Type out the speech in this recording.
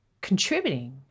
contributing